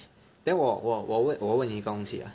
then 我我我我我问你一个东西 ah